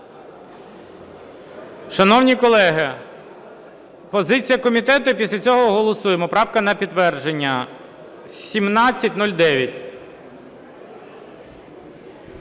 Шановні колеги, позиція комітету, після цього голосуємо. Правка на підтвердження – 1709.